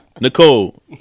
Nicole